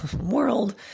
world